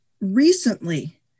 recently